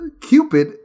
Cupid